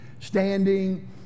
Standing